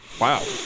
Wow